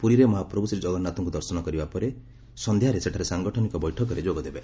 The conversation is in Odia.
ପୁରୀରେ ମହାପ୍ରଭୁ ଶ୍ରୀ ଜଗନ୍ନାଥଙ୍କୁ ଦର୍ଶନ କରିବା ପରେ ସନ୍ଧ୍ୟାରେ ସେଠାରେ ସାଙ୍ଗଠନିକ ବୈଠକରେ ଯୋଗ ଦେବେ